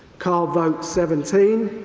card vote seventeen,